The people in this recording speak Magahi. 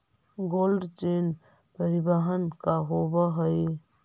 कोल्ड चेन परिवहन का होव हइ?